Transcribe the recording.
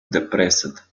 depressed